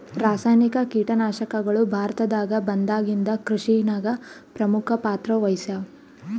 ರಾಸಾಯನಿಕ ಕೀಟನಾಶಕಗಳು ಭಾರತದಾಗ ಬಂದಾಗಿಂದ ಕೃಷಿನಾಗ ಪ್ರಮುಖ ಪಾತ್ರ ವಹಿಸ್ಯಾವ